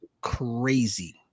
crazy